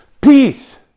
peace